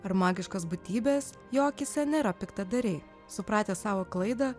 ar magiškos būtybės jo akyse nėra piktadariai supratę savo klaidą